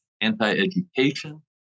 Anti-education